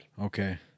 Okay